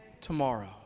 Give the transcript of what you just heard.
tomorrow